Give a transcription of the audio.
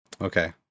Okay